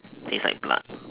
taste like blood